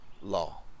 law